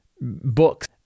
books